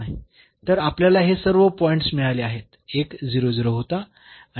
तर आपल्याला हे सर्व पॉईंट्स मिळाले आहेत एक होता आणि